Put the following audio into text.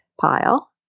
pile